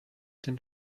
den